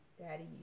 Daddy